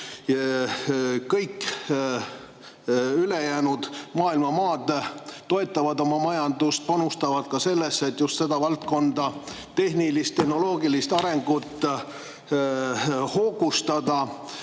Kõik ülejäänud maailma maad toetavad oma majandust, panustavad sellesse, et just seda valdkonda, tehnilist ja tehnoloogilist arengut hoogustada.